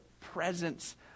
presence